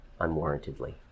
unwarrantedly